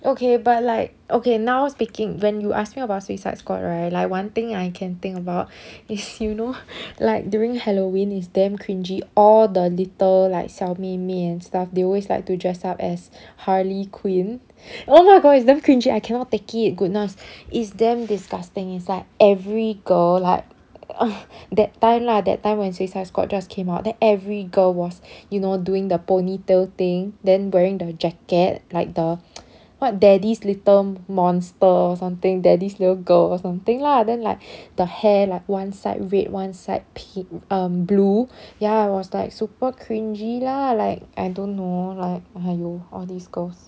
okay but like okay now speaking when you ask me about suicide squad right like one thing I can think about like is you know during halloween it's damn cringey all the little like 小妹妹 and stuff they always like to dress up as harley quinn oh my god it's damn cringey I cannot take it goodness it's damn disgusting it's like every girl like that time lah that time when suicide squad just came out then every girl was you know doing the ponytail thing then wearing the jacket like the what daddy's little monster or something daddy's little girl or something lah then like the hair like one side red one side pi~ um blue ya it was like super cringey lah like I don't know like !haiyo! all these girls